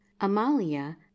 amalia